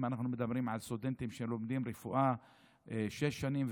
אם אנחנו מדברים על סטודנטים שלומדים רפואה שש שנים,